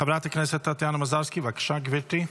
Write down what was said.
חבר הכנסת טטיאנה מזרסקי, בבקשה, גברתי.